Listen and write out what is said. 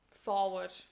forward